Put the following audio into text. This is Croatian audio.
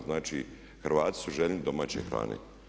Znači, Hrvati su željni domaće hrane.